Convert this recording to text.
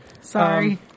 Sorry